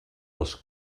les